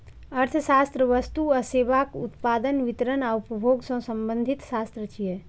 अर्थशास्त्र वस्तु आ सेवाक उत्पादन, वितरण आ उपभोग सं संबंधित शास्त्र छियै